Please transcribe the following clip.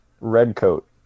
Redcoat